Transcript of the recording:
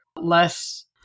less